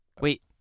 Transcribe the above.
Wait